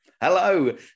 Hello